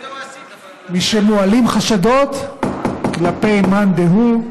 משמועלים חשדות כלפי מאן דהו,